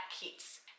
Keats